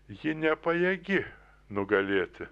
ji nepajėgi nugalėti